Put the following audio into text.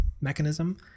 mechanism